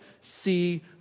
see